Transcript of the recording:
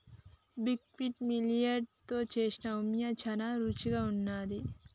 buckwheat millet తో చేసిన ఉప్మా చానా రుచిగా వున్నది